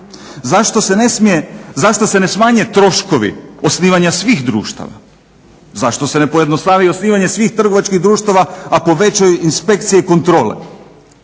Zašto se ne smanje troškovi osnivanja svih društava? Zašto se ne pojednostavi osnivanje svih trgovačkih društava, a povećaju inspekcije i kontrole?